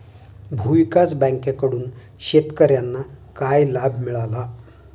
भूविकास बँकेकडून शेतकर्यांना काय लाभ मिळाला?